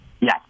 Yes